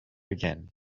again